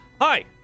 Hi